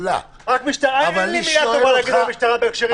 אין לי מילה טובה להגיד על המשטרה בהקשרים האלה.